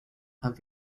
have